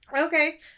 Okay